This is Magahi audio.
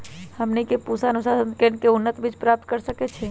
हमनी के पूसा अनुसंधान केंद्र से उन्नत बीज प्राप्त कर सकैछे?